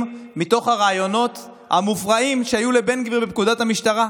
מתוך הרעיונות המופרעים שהיו לבן גביר בפקודת המשטרה.